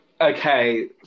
Okay